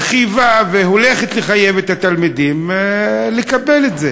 שחייבה והולכת לחייב את התלמידים לקבל את זה.